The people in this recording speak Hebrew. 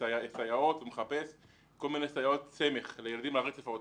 בסייעות וזה עובר להסעות וזה עובר בעוד הרבה תחומים שונים